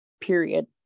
period